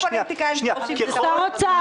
אין פוליטיקאים --- שר האוצר,